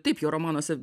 taip jo romanuose